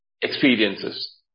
experiences